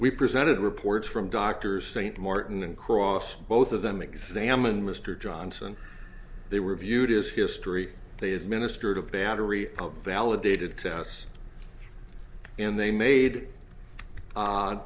we presented reports from doctors think martin and cross both of them examined mr johnson they were viewed as history they administered of battery of validated tests in they made